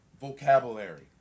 vocabulary